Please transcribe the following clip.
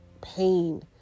pain